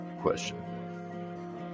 question